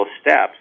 steps